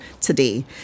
today